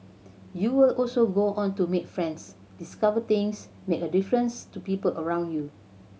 you will also go on to make friends discover things make a difference to people around you